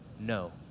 No